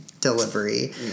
delivery